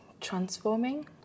transforming